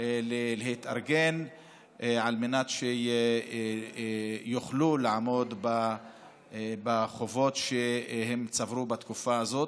להתארגן על מנת שיוכלו לעמוד בחובות שהם צברו בתקופה הזאת.